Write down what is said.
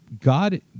God